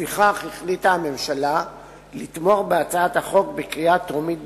לפיכך החליטה הממשלה לתמוך בהצעת החוק בקריאה טרומית בלבד,